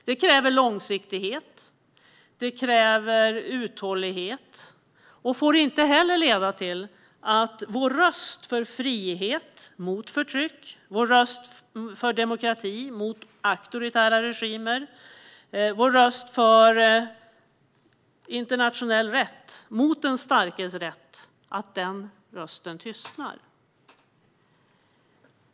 Det kräver långsiktighet och uthållighet och får inte heller leda till att vår röst för frihet mot förtryck, vår röst för demokrati och mot auktoritära regimer, vår röst för internationell rätt mot den starkes rätt tystnar.